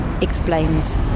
explains